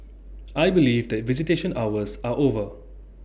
I believe that visitation hours are over